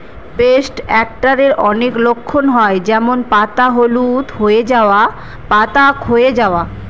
paste অ্যাটাকের অনেক লক্ষণ হয় যেমন পাতা হলুদ হয়ে যাওয়া, পাতা ক্ষয়ে যাওয়া